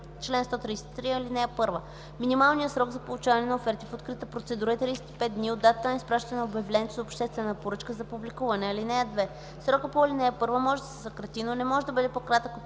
Чл. 133. (1) Минималният срок за получаване на оферти в открита процедура е 35 дни от датата на изпращане на обявлението за обществена поръчка за публикуване. (2) Срокът по ал. 1 може да се съкрати, но не може да е по-кратък от